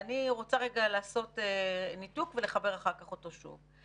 אני רוצה לנתק את הדברים ולחבר אחר כך שוב.